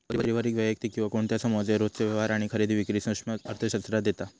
पारिवारिक, वैयक्तिक किंवा कोणत्या समुहाचे रोजचे व्यवहार आणि खरेदी विक्री सूक्ष्म अर्थशास्त्रात येता